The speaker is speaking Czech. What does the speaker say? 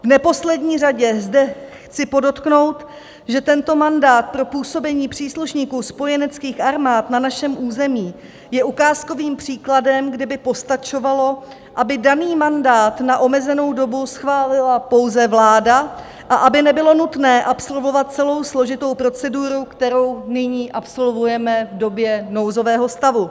V neposlední řadě zde chci podotknout, že tento mandát pro působení příslušníků spojeneckých armád na našem území je ukázkovým příkladem, kdy by postačovalo, aby daný mandát na omezenou dobu schválila pouze vláda a aby nebylo nutné absolvovat celou složitou proceduru, kterou nyní absolvujeme v době nouzového stavu.